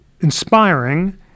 inspiring